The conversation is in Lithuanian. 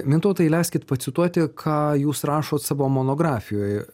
mintautai leiskit pacituoti ką jūs rašot savo monografijoj